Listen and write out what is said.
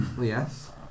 yes